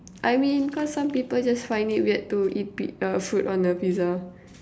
I mean cause some people just find it weird to eat pi~ uh fruit on a pizza